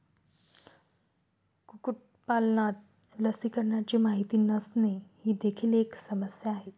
कुक्कुटपालनात लसीकरणाची माहिती नसणे ही देखील एक समस्या आहे